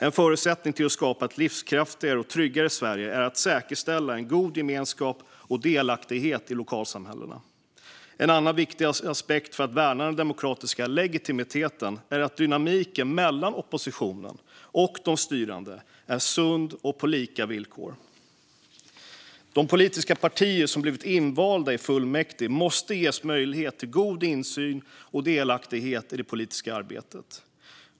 En förutsättning för att skapa ett livskraftigare och tryggare Sverige är att säkerställa en god gemenskap och delaktighet i lokalsamhällena. En annan viktig aspekt för att värna den demokratiska legitimiteten är att dynamiken mellan oppositionen och de styrande är sund och på lika villkor. De politiska partier som har blivit invalda i fullmäktige måste ges möjlighet till god insyn och delaktighet i det politiska arbetet.